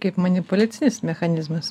kaip manipuliacinis mechanizmas